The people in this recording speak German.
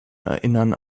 erinnern